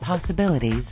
possibilities